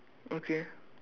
okay